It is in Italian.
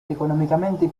economicamente